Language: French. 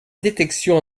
détection